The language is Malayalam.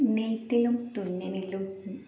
നെയ്ത്തിലും തുന്നലിലും